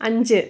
അഞ്ച്